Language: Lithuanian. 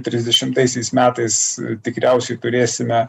trisdešimtaisiais metais tikriausiai turėsime